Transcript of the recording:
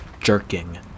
jerking